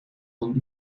van